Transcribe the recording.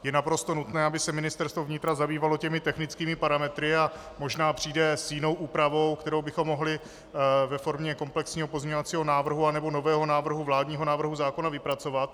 Je naprosto nutné, aby se Ministerstvo vnitra zabývalo technickými parametry, a možná přijde s jinou úpravou, kterou bychom mohli ve formě komplexního pozměňovacího návrhu anebo nového návrhu vládního návrhu zákona vypracovat.